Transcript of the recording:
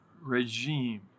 regime